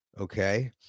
Okay